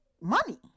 money